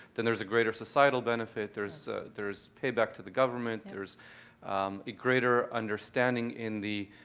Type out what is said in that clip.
then there's a greater societal benefit. there's there's payback to the government, there's a greater understanding in the